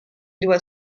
doit